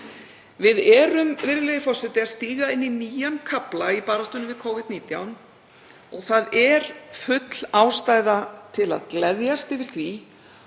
Við erum, virðulegi forseti, að stíga inn í nýjan kafla í baráttunni við Covid-19. Það er full ástæða til að gleðjast yfir því